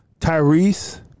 tyrese